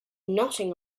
nothing